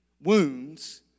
wounds